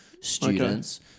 students